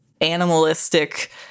animalistic